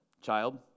Child